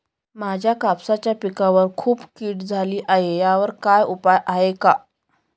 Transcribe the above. माझ्या कापसाच्या पिकावर खूप कीड झाली आहे यावर काय उपाय आहे का?